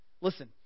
Listen